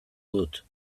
dut